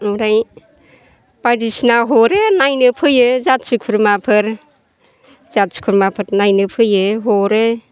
ओमफ्राय बायदिसिना हरो नायनो फैयो जाथि खुरमाफोर जाथि खुरमाफोर नायनो फैयो हरो